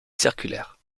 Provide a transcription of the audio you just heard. circulaire